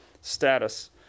status